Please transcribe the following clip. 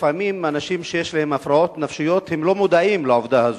לפעמים אנשים שיש להם הפרעות נפשיות לא מודעים לעובדה הזו,